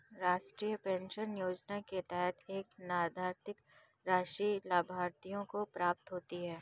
राष्ट्रीय पेंशन योजना के तहत एक निर्धारित राशि लाभार्थियों को प्राप्त होती है